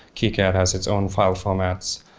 kicad has its own file formats.